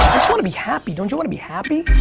want to be happy, don't you want to be happy?